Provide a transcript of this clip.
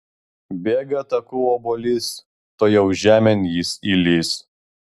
bėga taku obuolys tuojau žemėn jis įlįs